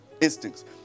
instincts